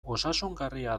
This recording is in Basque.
osasungarria